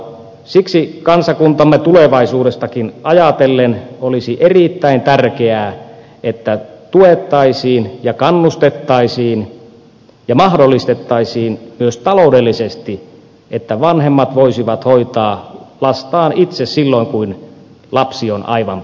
siksi kansakuntamme tulevaisuuttakin ajatellen olisi erittäin tärkeää että tuettaisiin ja kannustettaisiin ja mahdollistettaisiin myös taloudellisesti että vanhemmat voisivat hoitaa lastaan itse silloin kun lapsi on aivan pieni